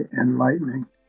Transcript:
enlightening